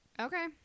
Okay